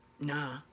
nah